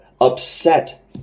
upset